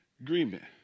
agreement